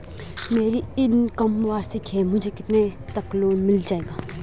मेरी इनकम वार्षिक है मुझे कितने तक लोन मिल जाएगा?